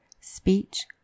speech